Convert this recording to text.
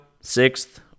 Sixth